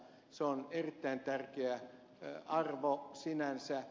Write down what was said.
se on erittäin tärkeä arvo sinänsä